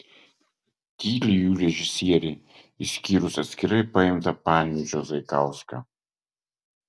tyli jų režisieriai išskyrus atskirai paimtą panevėžio zaikauską